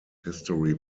history